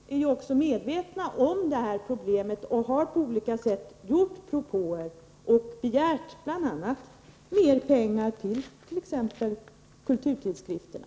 Herr talman! Kulturrådet är medvetet om problemet och har på olika sätt gjort propåer. Bl. a. har rådet begärt mer pengar till kulturtidskrifterna.